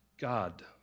God